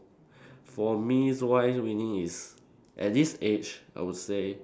for me wise winning is at this age I would say